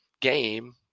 game